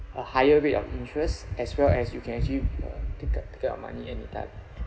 a higher rate of interest as well as you can actually uh take out take out money any time